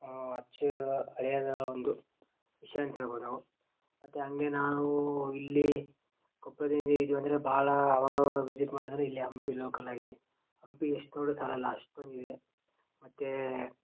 ಅಚ್ಚೂ ಅಳಿಯದ ಒಂದು ವಿಷಯ ಅಂತ ಹೇಳ್ಬೋದ್ ನಾವು ಮತ್ತು ಹಾಗೆ ನಾವೂ ಇಲ್ಲೀ ಕೊಪ್ಳದಾಗ ಇದು ಇದೀವ್ ಅಂದ್ರೆ ಭಾಳಾ ಅವಾಗ ಅವಾಗ ವಿಸಿಟ್ ಮಾಡೋದಂದ್ರೆ ಇಲ್ಲಿ ಹಂಪಿ ಲೋಕಲ್ ಆಗಿ ಹಂಪಿ ಎಷ್ಟು ನೋಡಿದ್ರೂ ಸಾಲೋಲ್ಲ ಅಷ್ಟೊಂದಿದೆ ಮತ್ತೆ